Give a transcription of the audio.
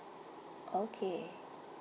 okay